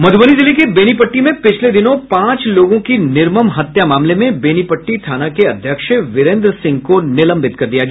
मधुबनी जिले के बेनीपट्टी में पिछले दिनों पांच लोगों की निर्मम हत्या मामले में बेनीपट्टी थाना के अध्यक्ष वीरेन्द्र सिंह को निलंबित कर दिया गया